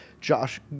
Josh